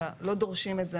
לא דורשים את זה,